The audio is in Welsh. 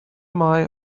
mae